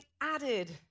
added